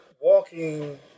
walking